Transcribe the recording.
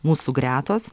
mūsų gretos